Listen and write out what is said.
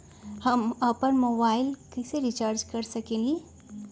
हम अपन मोबाइल कैसे रिचार्ज कर सकेली?